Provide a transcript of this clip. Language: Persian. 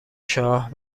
شاه